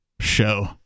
show